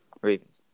Ravens